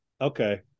okay